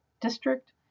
district